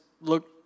look